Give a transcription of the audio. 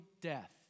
death